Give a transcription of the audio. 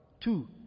Two